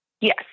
Yes